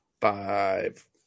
Five